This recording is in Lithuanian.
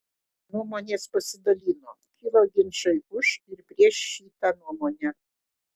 nuomonės pasidalino kilo ginčai už ir prieš šitą nuomonę